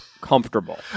comfortable